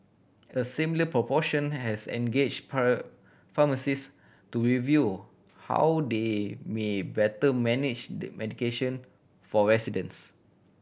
a similar proportion has engage pharmacists to review how they may better manage medication for residents